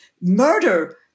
murder